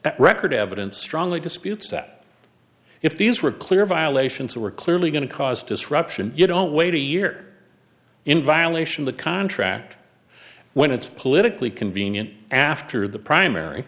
that record evidence strongly disputes that if these were clear violations that were clearly going to cause disruption you don't wait a year in violation of the contract when it's politically convenient after the primary